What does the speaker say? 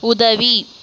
உதவி